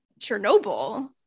Chernobyl